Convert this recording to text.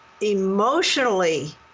emotionally